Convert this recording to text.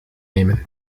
nemen